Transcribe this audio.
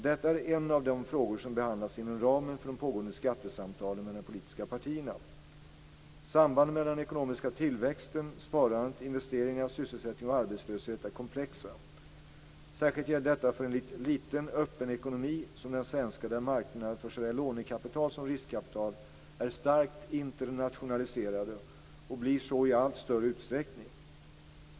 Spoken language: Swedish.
Detta är en av de frågor som behandlas inom ramen för de pågående skattesamtalen mellan de politiska partierna. Sambanden mellan den ekonomiska tillväxten, sparandet, investeringar, sysselsättning och arbetslöshet är komplexa. Särskilt gäller detta för en liten öppen ekonomi som den svenska där marknaderna för såväl lånekapital som riskkapital är starkt internationaliserade och blir så i allt större utsträckning.